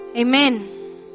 Amen